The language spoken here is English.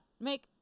make